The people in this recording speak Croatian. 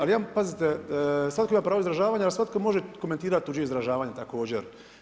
Ali pazite, svatko ima pravo izražavanja, ali svatko može komentirati tuđe izražavanje također.